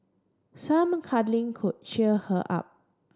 some cuddling could cheer her up